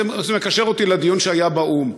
זה מקשר אותי לדיון שהיה באו"ם.